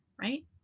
right